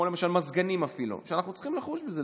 כמו מזגנים, אפילו, אנחנו צריכים לחוש בזה.